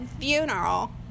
funeral